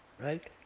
right?